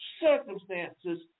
circumstances